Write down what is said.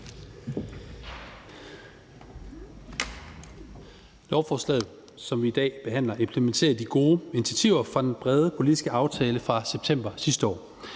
behandler, implementerer de gode initiativer fra den brede politiske aftale fra september sidste år.